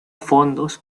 fondos